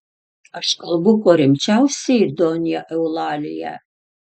aš kalbu kuo rimčiausiai donja eulalija